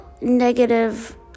negative